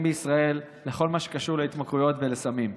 בישראל לכל מה שקשור להתמכרויות ולסמים.